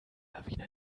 lawine